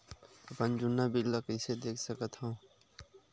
अपन जुन्ना बिल ला कइसे देख सकत हाव?